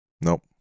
Nope